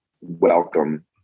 welcome